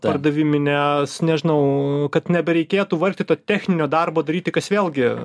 pardavimines nežinau kad nebereikėtų vargti to techninio darbo daryti kas vėlgi